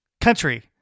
country